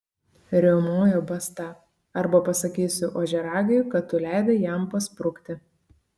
riaumojo basta arba pasakysiu ožiaragiui kad tu leidai jam pasprukti